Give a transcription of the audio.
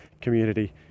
community